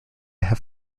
have